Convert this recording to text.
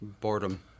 Boredom